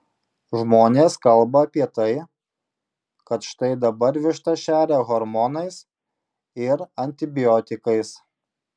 žmonės kalba apie tai kad štai dabar vištas šeria hormonais ir antibiotikais